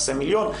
נעשה מיליון,